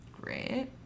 Great